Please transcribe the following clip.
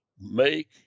make